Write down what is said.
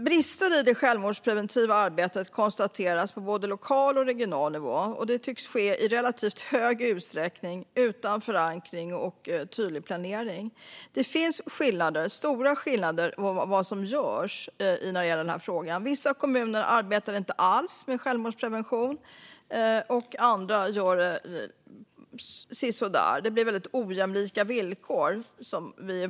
Brister i det självmordspreventiva arbetet konstateras på både lokal och regional nivå, och detta tycks ske i relativt hög utsträckning utan förankring och tydlig planering. Det finns stora skillnader när det gäller vad som görs. Vissa kommuner arbetar inte alls med suicidprevention, medan andra gör det sisådär. Det blir väldigt ojämlika villkor.